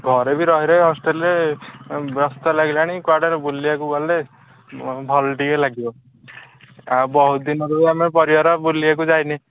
ଘରେ ବି ରହି ରହି ହଷ୍ଟେଲ୍ରେ ବ୍ୟସ୍ତ ଲାଗିଲାଣି କୁଆଡ଼େ ବୁଲିବାକୁ ଗଲେ ଭଲ ଟିକିଏ ଲାଗିବ ଆଉ ବହୁତ ଦିନରୁ ଆମେ ପରିବାର ବୁଲିବାକୁ ଯାଇନେ